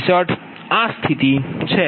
63 આ સ્થિતિ છે